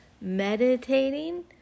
Meditating